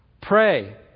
Pray